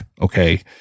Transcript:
okay